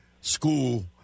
school